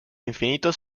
infinito